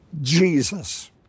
Jesus